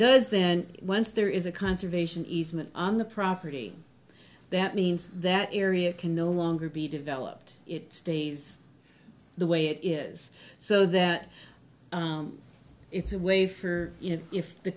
does then once there is a conservation easement on the property that means that area can no longer be developed it stays the way it is so that it's a way for you know if the